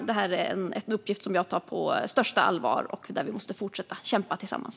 Detta är en uppgift som jag tar på största allvar och där vi måste fortsätta att kämpa tillsammans.